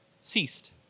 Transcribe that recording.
ceased